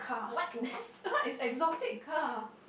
what is what is exotic car